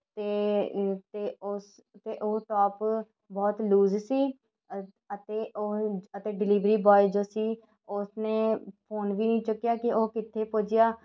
ਅਤੇ ਅਤੇ ਉਸ ਅਤੇ ਉਹ ਟੋਪ ਬਹੁਤ ਲੂਜ਼ ਸੀ ਅ ਅਤੇ ਓ ਅਤੇ ਡਿਲੀਵਰੀ ਬੋਆਏ ਜੋ ਸੀ ਉਸਨੇ ਫ਼ੋਨ ਵੀ ਨਹੀਂ ਚੁੱਕਿਆ ਕਿ ਉਹ ਕਿੱਥੇ ਪੁੱਜਿਆ